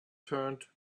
turned